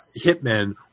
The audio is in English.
hitmen